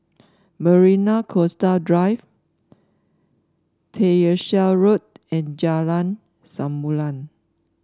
Marina Coastal Drive Tyersall Road and Jalan Samulun